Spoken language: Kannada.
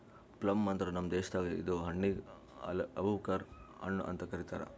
ಪ್ಲಮ್ ಅಂದುರ್ ನಮ್ ದೇಶದಾಗ್ ಇದು ಹಣ್ಣಿಗ್ ಆಲೂಬುಕರಾ ಹಣ್ಣು ಅಂತ್ ಕರಿತಾರ್